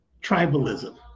tribalism